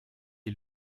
est